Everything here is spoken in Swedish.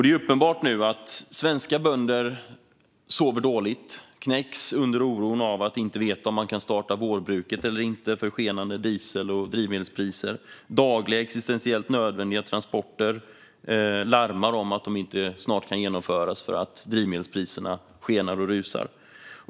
Det är nu uppenbart att svenska bönder sover dåligt. De knäcks av oron att inte veta om de kan starta vårbruket eller inte på grund av skenande drivmedelspriser. Man larmar om att man snart inte kan genomföra dagliga och existentiellt nödvändiga transporter för att drivmedelspriserna rusar.